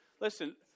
Listen